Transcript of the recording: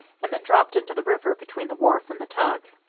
and then dropped into the river between the wharf and the tug.